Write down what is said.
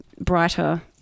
brighter